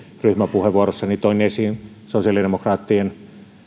ryhmäpuheenvuorossani toin esiin sosiaalidemokraattien